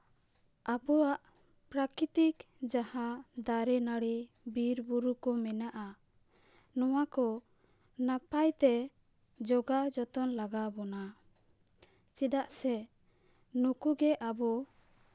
ᱟᱵᱚᱣᱟᱜ ᱯᱨᱟᱠᱨᱤᱛᱤᱠ ᱡᱟᱦᱟᱸ ᱫᱟᱨᱮᱼᱱᱟᱹᱲᱤ ᱵᱤᱨᱼᱵᱩᱨᱩ ᱠᱚ ᱢᱮᱱᱟᱜᱼᱟ ᱱᱚᱣᱟ ᱠᱚ ᱱᱟᱯᱟᱭ ᱛᱮ ᱡᱳᱜᱟᱣ ᱡᱚᱛᱚᱱ ᱞᱟᱜᱟᱣ ᱵᱚᱱᱟ ᱪᱮᱫᱟᱜ ᱥᱮ ᱱᱩᱠᱩ ᱜᱮ ᱟᱵᱚ